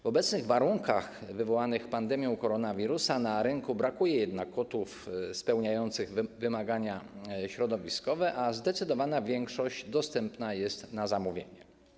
W obecnych warunkach wywołanych pandemią koronawirusa na rynku brakuje jednak kotłów spełniających wymagania środowiskowe, a zdecydowana większość dostępna jest na zamówienie.